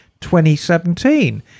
2017